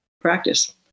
practice